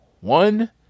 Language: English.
One